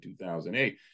2008